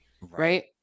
right